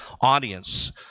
audience